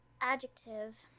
adjective